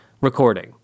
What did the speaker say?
recording